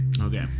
Okay